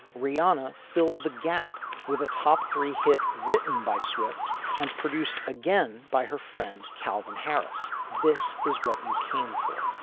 riana filled the gap with a top three hit written by swift and produced again by her friend calvin harris. this is what you came for.